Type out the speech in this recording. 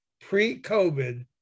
Pre-COVID